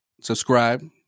Subscribe